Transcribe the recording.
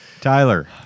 Tyler